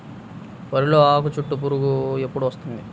వరిలో ఆకుచుట్టు పురుగు ఎప్పుడు వస్తుంది?